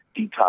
detox